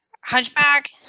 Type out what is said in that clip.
Hunchback